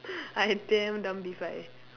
I damn dumb P five